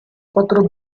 quattro